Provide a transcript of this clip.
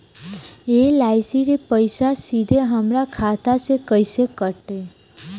LIC के पईसा सीधे हमरा खाता से कइसे कटी?